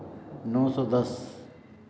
नौ सौ दस